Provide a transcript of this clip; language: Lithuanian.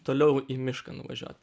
toliau į mišką nuvažiuot